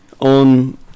on